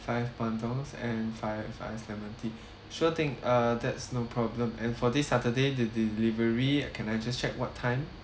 five bandungs and five iced lemon tea sure thing uh that's no problem and for this saturday the delivery can I just check what time